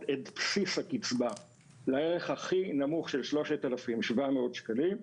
את בסיס הקצבה לערך הכי נמוך של 3,700 שקלים,